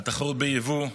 על תחרות ביבוא,